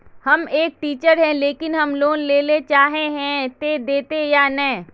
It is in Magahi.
हम एक टीचर है लेकिन हम लोन लेले चाहे है ते देते या नय?